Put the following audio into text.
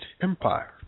Empire